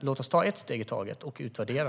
Låt oss ta ett steg i taget och utvärdera!